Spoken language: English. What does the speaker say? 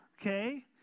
Okay